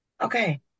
Okay